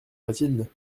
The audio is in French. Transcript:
bathilde